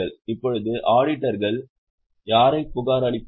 இப்போது ஆடிட்டர்கள் யாரைப் புகாரளிப்பார்கள்